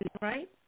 right